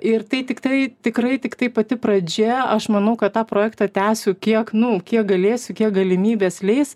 ir tai tiktai tikrai tiktai pati pradžia aš manau kad tą projektą tęsiu kiek nu kiek galėsiu kiek galimybės leis